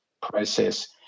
process